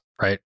right